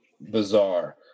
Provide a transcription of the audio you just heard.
bizarre